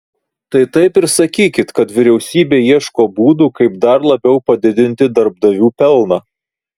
tai taip ir sakykit kad vyriausybė ieško būdų kaip dar labiau padidinti darbdavių pelną